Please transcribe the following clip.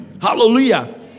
Hallelujah